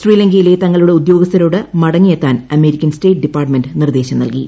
ശ്രീലങ്കയിലെ തങ്ങളുടെ ഉദ്യോഗസ്ഥരോട് മടങ്ങിയെത്താൻ അമേരിക്കൻ സ്റ്റേറ്റ് ഡിപ്പാർട്ട്മെന്റ് നിർദ്ദേശം നൽകി